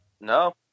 no